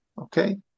Okay